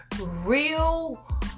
real